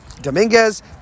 Dominguez